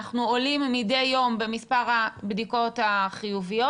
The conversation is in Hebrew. אנחנו עולים מדי יום במספר הבדיקות החיוביות,